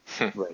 Right